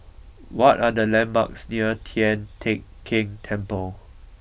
what are the landmarks near Tian Teck Keng Temple